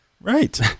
Right